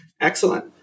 Excellent